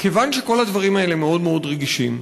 כיוון שכל הדברים הם מאוד מאוד רגישים,